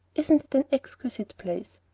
isn't it an exquisite place?